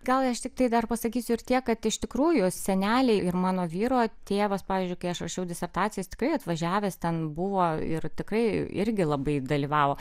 gal aš tiktai dar pasakysiu ir tiek kad iš tikrųjų seneliai ir mano vyro tėvas pavyzdžiui kai aš rašiau disertaciją jis tikrai atvažiavęs ten buvo ir tikrai irgi labai dalyvavo